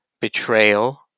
betrayal